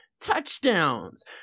touchdowns